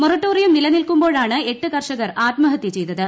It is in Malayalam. മോറട്ടോറിയം നിലനിൽക്കുമ്പോഴാണ് എട്ട് കർഷകർ ആത്മഹത്യ ചെയ്തത്